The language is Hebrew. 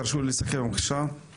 תרשו לי לסכם בבקשה.